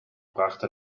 brachte